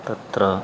तत्र